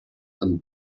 and